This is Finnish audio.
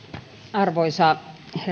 arvoisa herra